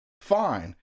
fine